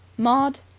maud!